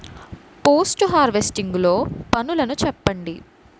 Post harvesting లో పనులను చెప్పండి?